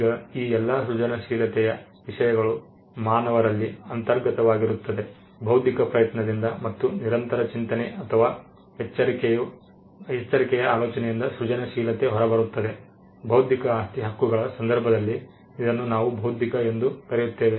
ಈಗ ಈ ಎಲ್ಲ ಸೃಜನಶೀಲತೆಯ ವಿಷಯಗಳು ಮಾನವರಲ್ಲಿ ಅಂತರ್ಗತವಾಗಿರುತ್ತದೆ ಬೌದ್ಧಿಕ ಪ್ರಯತ್ನದಿಂದ ಮತ್ತು ನಿರಂತರ ಚಿಂತನೆ ಅಥವಾ ಎಚ್ಚರಿಕೆಯ ಆಲೋಚನೆಯಿಂದ ಸೃಜನಶೀಲತೆ ಹೊರಬರುತ್ತದೆ ಬೌದ್ಧಿಕ ಆಸ್ತಿ ಹಕ್ಕುಗಳ ಸಂದರ್ಭದಲ್ಲಿ ಇದನ್ನು ನಾವು ಬೌದ್ಧಿಕ ಎಂದು ಕರೆಯುತ್ತೇವೆ